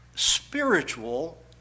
Spiritual